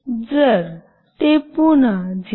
जर ते पुन्हा 0